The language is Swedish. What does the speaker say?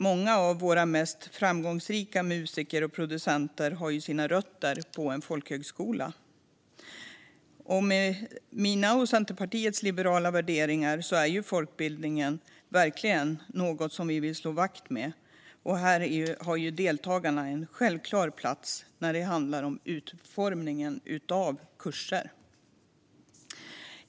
Många av våra mest framgångsrika musiker och producenter har sina rötter på en folkhögskola. Med mina och Centerpartiets liberala värderingar är folkbildningen verkligen något som vi vill slå vakt om. Här har deltagarna en självklar plats när det handlar om utformningen av kurser.